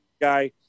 guy